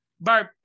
Barb